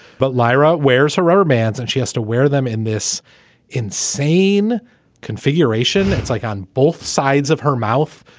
but lyra wears her rubber bands and she has to wear them in this insane configuration. it's like on both sides of her mouth,